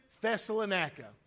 Thessalonica